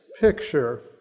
picture